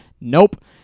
nope